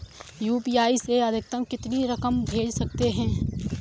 UPI से अधिकतम कितनी रकम भेज सकते हैं?